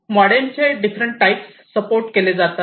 modem चे different types support केले जातात